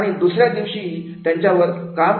आणि दुसऱ्या दिवशी त्याच्यावर काम सुरू करू शकतात